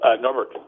Norbert